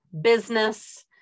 business